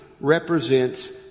represents